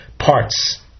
parts